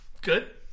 good